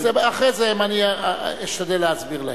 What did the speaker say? אחרי זה אשתדל להסביר להם.